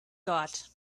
got